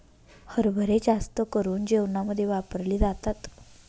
हरभरे जास्त करून जेवणामध्ये वापरले जातात